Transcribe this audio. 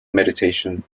meditation